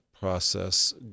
process